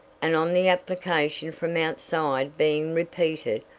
and on the application from outside being repeated,